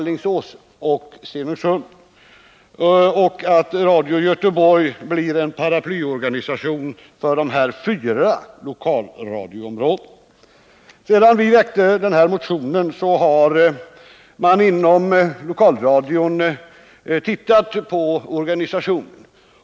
Vi vill att Radio Göteborg blir en paraplyorganisation för dessa fyra lokalradioområden. Sedan vi väckte denna motion har man inom lokalradion tittat på organisationen.